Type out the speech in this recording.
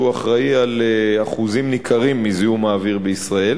שהוא אחראי לאחוזים ניכרים מזיהום האוויר בישראל.